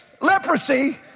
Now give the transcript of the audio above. leprosy